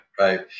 Right